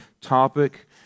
topic